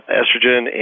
estrogen